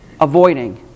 avoiding